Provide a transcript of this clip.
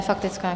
Faktická?